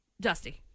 dusty